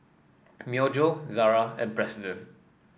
Myojo Zara and President